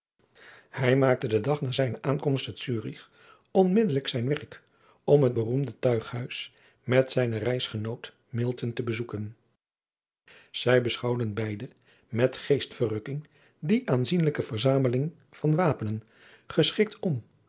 hij maakte den dag na zijne aankomst te zurich onmiddelijk zijn werk om het beroemde tuighuis met zijnen reisgenoot milton te bezoeken zij beschouwden beide met geestverrukking die aanzienlijke adriaan loosjes pzn het leven van maurits lijnslager verzameling van wapenen geschikt om